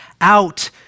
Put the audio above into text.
out